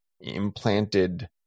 implanted